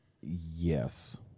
Yes